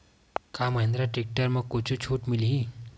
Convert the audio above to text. का महिंद्रा टेक्टर म कुछु छुट मिलही?